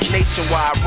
nationwide